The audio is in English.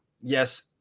yes